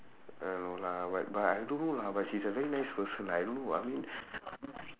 ah no lah what but I don't know lah but she's a very nice person lah I don't know I mean